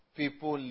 people